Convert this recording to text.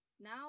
now